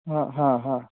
हं हं हं